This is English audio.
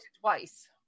twice